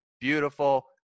beautiful